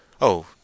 Oh